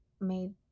made